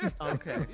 Okay